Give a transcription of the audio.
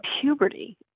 puberty